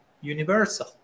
universal